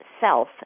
self